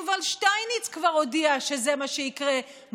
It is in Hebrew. יובל שטייניץ כבר הודיע שזה מה שיקרה,